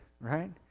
right